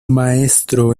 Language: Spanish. maestro